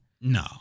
No